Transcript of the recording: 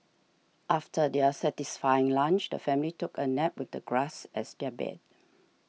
after their satisfying lunch the family took a nap with the grass as their bed